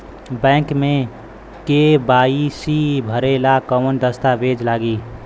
Bank मे KYC भरेला कवन दस्ता वेज लागी?